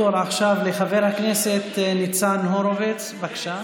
התור עכשיו של חבר הכנסת ניצן הורוביץ, בבקשה.